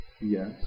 Yes